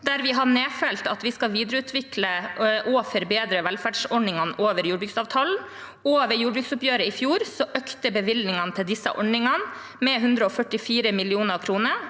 vi har nedfelt at vi skal videreutvikle og forbedre velferdsordningene over jordbruksavtalen. Ved jordbruksoppgjøret i fjor økte bevilgningene til disse ordningene med 144 mill. kr,